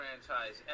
franchise